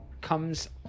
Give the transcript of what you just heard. comes